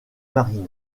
marines